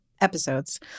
episodes